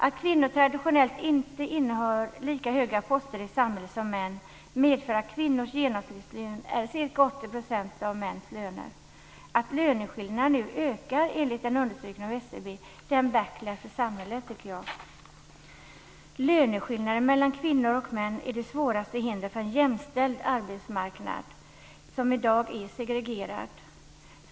Att kvinnor traditionellt inte innehar lika höga poster i samhället som män medför att kvinnors genomsnittslön är ca 80 % av männens. Att löneskillnaderna nu ökar, enligt en undersökning av SCB, tycker jag är en backlash för samhället. Löneskillnader mellan kvinnor och män är det svåraste hindret för jämställdhet på en arbetsmarknad som i dag är segregerad.